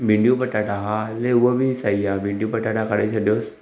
भींडियूं पटाटा हा हले हूअ बि सही आहे भींडियूं पटाटा करे छॾियोसि